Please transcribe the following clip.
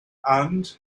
and